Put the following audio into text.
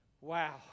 Wow